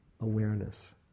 awareness